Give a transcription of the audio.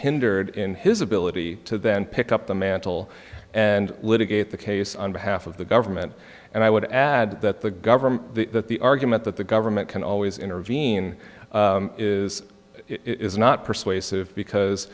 hindered in his ability to then pick up the mantle and litigate the case on behalf of the government and i would add that the government that the argument that the government can always intervene is is not persuasive because